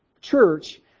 church